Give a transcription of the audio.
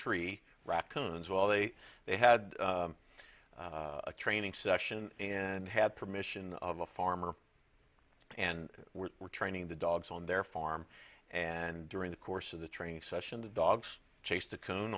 tree raccoons well they they had a training session and had permission of a farmer and we're training the dogs on their farm and during the course of the training session the dogs chased the co